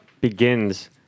Begins